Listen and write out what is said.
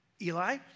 Eli